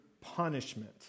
punishment